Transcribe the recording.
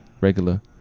regular